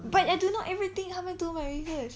but I don't know everything how I do my research